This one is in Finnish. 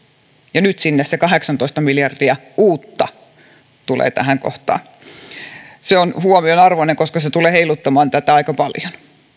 ja nyt se kahdeksantoista miljardia uutta tulee tähän kohtaan se on huomionarvoista koska se tulee heiluttamaan tätä aika paljon